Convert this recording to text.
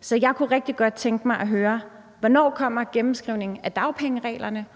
Så jeg kunne rigtig godt tænke mig at høre: Hvornår kommer gennemskrivningen af dagpengereglerne?